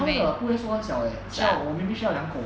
它们碗不会说很小 leh 需要我明明需要两口